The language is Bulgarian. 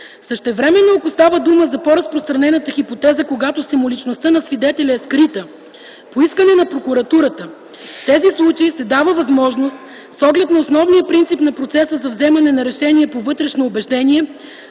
Същевременно, ако става дума за по-разпространената хипотеза, когато самоличността на свидетеля е скрита, по искане на прокуратурата в тези случаи се дава възможност с оглед на основния принцип на процеса за вземане на решение по вътрешно убеждение,